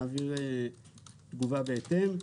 נעביר תגובה בהתאם.